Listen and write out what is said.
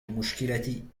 المشكلة